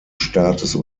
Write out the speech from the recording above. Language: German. staates